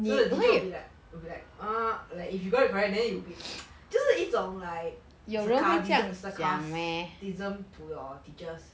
so the teacher will be like will be like ah like if you got it correct then you will be 就是一种 like sarcasism sarcas~ ism~ to your teachers